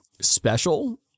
special